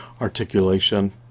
articulation